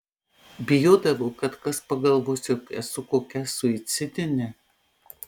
bijodavau kad kas pagalvos jog esu kokia suicidinė